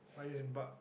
why this a bug